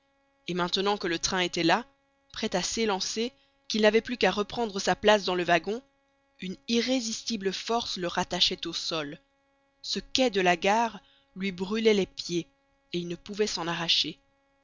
et maintenant que le train était là prêt à s'élancer qu'il n'avait plus qu'à reprendre sa place dans le wagon une irrésistible force le rattachait au sol ce quai de la gare lui brûlait les pieds et il ne pouvait s'en arracher